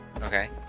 Okay